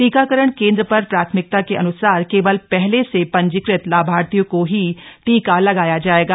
टीकाकरण केन्द्र पर प्राथमिकता के अनुसार केवल पहले से पंजीकृत लाभार्थियों को ही टीका लगाया जाएगा